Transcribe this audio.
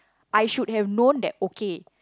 I should have known that okay